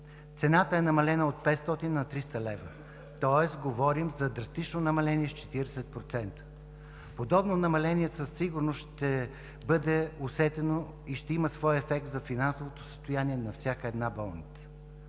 Цената е намалена от 500 на 300 лв., тоест говорим за драстично намаление с 40%. Подобно намаление със сигурност ще бъде усетено и ще има своя ефект за финансовото състояние на всяка една болница.